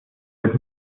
wird